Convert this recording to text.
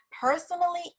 personally